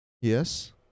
yes